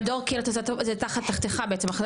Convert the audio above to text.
מדור קהילה זה תחתך, בעצם.